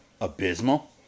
Abysmal